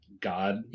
God